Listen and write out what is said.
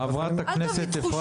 חברת הכנסת אפרת